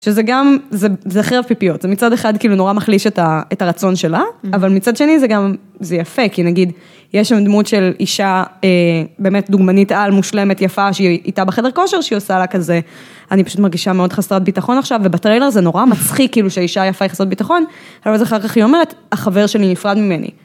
שזה גם, זה חרב פיפיות, זה מצד אחד כאילו נורא מחליש את הרצון שלה, אבל מצד שני זה גם, זה יפה, כי נגיד, יש שם דמות של אישה באמת דוגמנית על, מושלמת, יפה, שהיא איתה בחדר כושר, שהיא עושה לה כזה, אני פשוט מרגישה מאוד חסרת ביטחון עכשיו, ובטריילר זה נורא מצחיק כאילו שהאישה יפה היא חסרת ביטחון, אבל אז אחר כך היא אומרת, החבר שלי נפרד ממני.